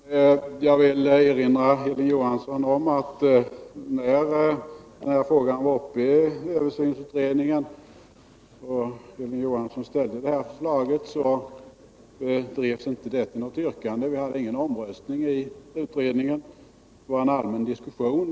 Herr talman! Jag vill erinra Hilding Johansson om att när frågan var uppe i översynsutredningen och Hilding Johansson ställde förslaget, så drevs det inte till något yrkande. Vi hade ingen omröstning i utredningen, det var en allmän diskussion.